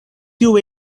tio